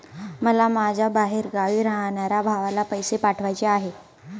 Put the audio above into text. मला माझ्या बाहेरगावी राहणाऱ्या भावाला पैसे पाठवायचे आहे